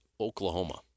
Oklahoma